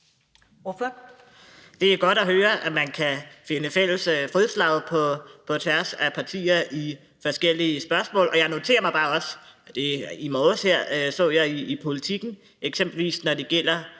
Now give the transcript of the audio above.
Det er godt at høre, at man kan finde fælles fodslag på tværs af partier i forskellige spørgsmål. Jeg noterer mig bare også – det så jeg i morges i Politiken – at når det